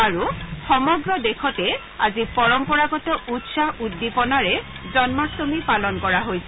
আৰু সমগ্ৰ দেশতে আজি পৰম্পৰাগত উৎসাহ উদ্দীপনাৰে জন্মাষ্টমী পালন কৰা হৈছে